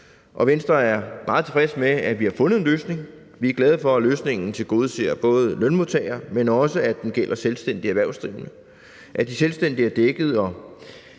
og Venstre er meget tilfreds med, at vi har fundet en løsning. Vi er glade for, at løsningen både tilgodeser lønmodtagere, men også gælder selvstændige erhvervsdrivende. At de selvstændige er dækket og